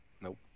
Nope